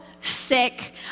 sick